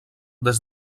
des